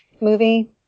movie